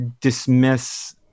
dismiss